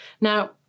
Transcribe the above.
Now